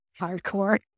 hardcore